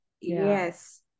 Yes